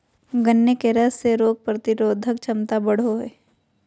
गन्ने के रस से रोग प्रतिरोधक क्षमता बढ़ो हइ